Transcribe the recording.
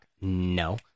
no